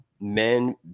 men